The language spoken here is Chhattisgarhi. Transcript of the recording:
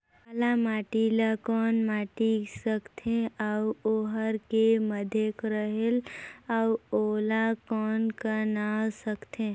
काला माटी ला कौन माटी सकथे अउ ओहार के माधेक रेहेल अउ ओला कौन का नाव सकथे?